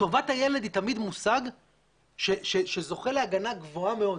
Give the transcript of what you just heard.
טובת הילד היא תמיד מושג שזוכה להגנה גבוה מאוד,